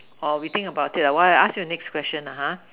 or we think about it lah while I ask you the next question lah !huh!